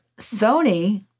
Sony